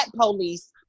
police